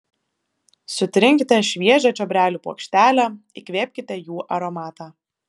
sutrinkite šviežią čiobrelių puokštelę įkvėpkite jų aromatą